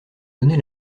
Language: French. donner